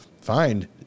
fine